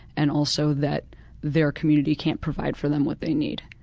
and also that their community can't provide for them what they need.